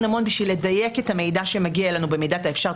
בשביל לדייק את המידע שמגיע אלינו במידת האפשר.